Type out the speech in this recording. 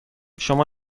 شما